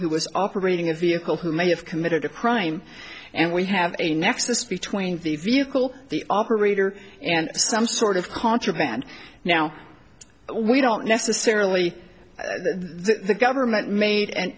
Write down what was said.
who was operating a vehicle who may have committed a crime and we have a nexus between the vehicle the operator and some sort of contraband now we don't necessarily the government made an